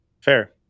Fair